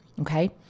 Okay